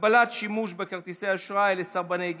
הגבלת שימוש בכרטיסי אשראי לסרבני גט),